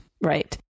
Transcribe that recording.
right